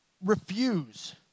refuse